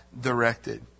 directed